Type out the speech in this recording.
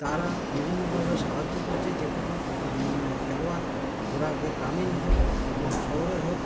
তারা বিভিন্নভাবে সাহায্য করছে যে কোনো খেলোয়াড় যারা এ গ্রামীণ হোক এবং শহরের হোক